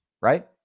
right